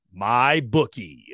MyBookie